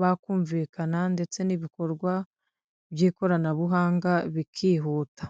bakumvikana ndetse n'ibikorwa by'ikoranabuhanga bikihuta.